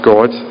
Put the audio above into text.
God